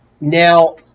now